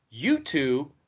YouTube